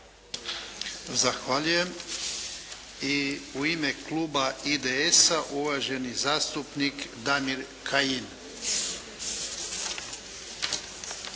Zahvaljujem. I u ime kluba IDS-a uvaženi zastupnik Damir Kajin.